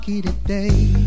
today